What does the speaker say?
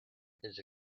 his